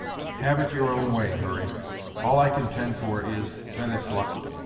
have it your own way, hurry all i contend for is, that it's lucky.